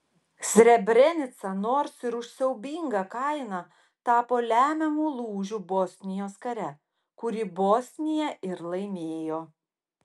srebrenica nors ir už siaubingą kainą tapo lemiamu lūžiu bosnijos kare kurį bosnija ir laimėjo